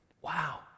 Wow